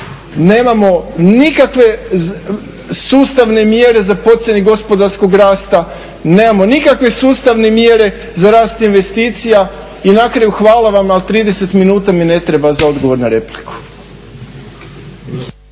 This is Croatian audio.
nemamo nikakve sustavne mjere za poticanje gospodarskog rasta, nemamo nikakve sustavne mjere za rast investicija i na kraju hvala vam, ali 30 minuta mi ne treba za odgovor na repliku.